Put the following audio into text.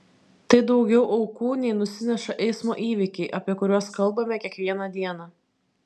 tai daugiau aukų nei nusineša eismo įvykiai apie kuriuos kalbame kiekvieną dieną